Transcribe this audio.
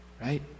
right